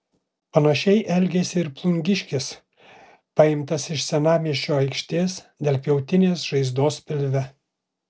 panašiai elgėsi ir plungiškis paimtas iš senamiesčio aikštės dėl pjautinės žaizdos pilve